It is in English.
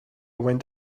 went